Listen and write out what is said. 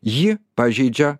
ji pažeidžia